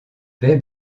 bai